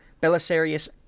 Belisarius